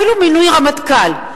אפילו מינוי רמטכ"ל,